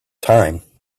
time